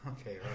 Okay